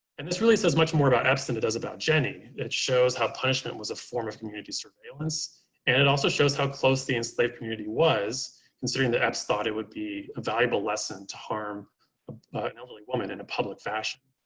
and this really says much more about epps than it does about jenny. that shows how punishment was a form of community surveillance and it also shows how close the enslaved community was considering that epps thought it would be a valuable lesson to harm an elderly woman in a public fashion.